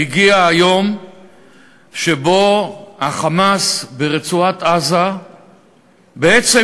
הגיע היום שבו ה"חמאס" ברצועת-עזה בעצם